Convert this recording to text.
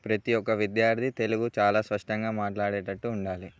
ప్రతి ఒక్క విద్యార్థి తెలుగు చాలా స్పష్టంగా మాట్లాడేటట్టు ఉండాలి